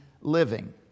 living